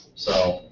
so,